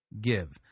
give